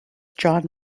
john